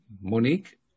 Monique